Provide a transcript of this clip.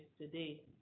today